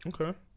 Okay